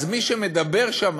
אז מי שמדבר שם